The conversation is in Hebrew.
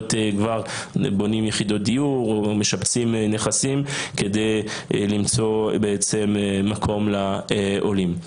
יחידות דיור או משפצים נכסים כדי למצוא בעצם מקום לעולים?